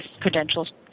credentials